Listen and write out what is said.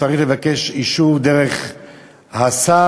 או שהוא צריך לבקש אישור דרך השר,